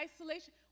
isolation